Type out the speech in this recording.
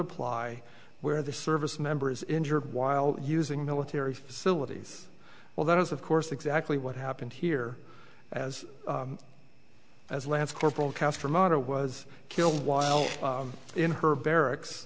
apply where the service member is injured while using military facilities well that is of course exactly what happened here as as lance corporal caster mother was killed while in her barracks